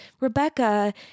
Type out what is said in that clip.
Rebecca